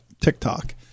TikTok